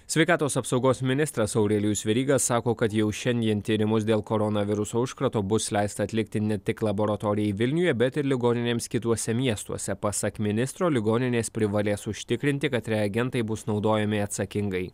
sveikatos apsaugos ministras aurelijus veryga sako kad jau šiandien tyrimus dėl koronaviruso užkrato bus leista atlikti ne tik laboratorijai vilniuje bet ir ligoninėms kituose miestuose pasak ministro ligoninės privalės užtikrinti kad reagentai bus naudojami atsakingai